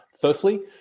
Firstly